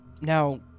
Now